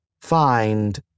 Find